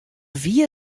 wie